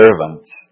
servants